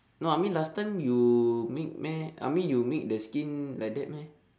no I mean last time you make meh I mean you make the skin like that meh